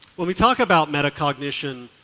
when we talk about meta-cognition,